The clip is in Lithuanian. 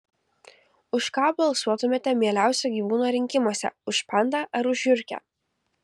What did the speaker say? už ką balsuotumėte mieliausio gyvūno rinkimuose už pandą ar už žiurkę